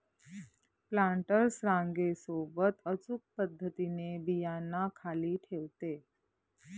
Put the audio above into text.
planters रांगे सोबत अचूक पद्धतीने बियांना खाली ठेवते